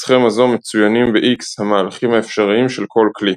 בסכימה זו מצוינים ב-X המהלכים האפשריים של כל כלי.